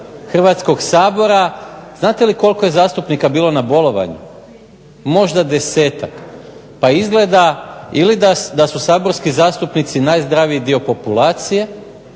Hrvatskoga sabora znate li koliko je zastupnika bilo na bolovanju? Možda 10-tak. Pa izgleda ili da su saborski zastupnici najzdraviji dio populacije